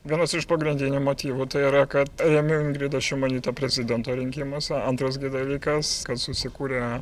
vienas iš pagrindinių motyvų tai yra kad remiu ingridą šimonytę prezidento rinkimuose antras gi dalykas kad susikūrė